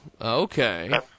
okay